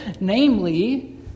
namely